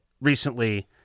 recently